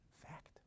fact